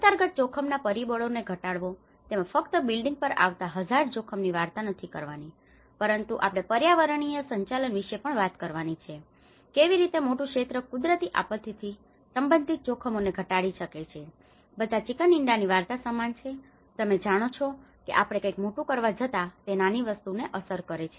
અંતર્ગત જોખમના પરિબળોને ઘટાડવો તેમાં ફક્ત બિલ્ડિંગ પર આવતા હઝાર્ડ જોખમની વાર્તા નથી કરવાની પરંતુ આપણે પર્યાવરણીય સંચાલન વિશે પણ વાત કરવી છે કેવી રીતે મોટું ક્ષેત્ર કુદરતી આપત્તિથી સંબંધિત જોખમોને ઘટાડી શકે છે તે બધા ચિકન ઇંડાની વાર્તા સમાન છે તમે જાણો છો એ પ્રમાણે કંઈક મોટું કરવા જતાં તે નાની વસ્તુને અસર કરે છે